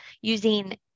using